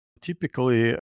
typically